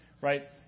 right